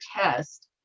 test